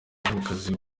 mwamikazi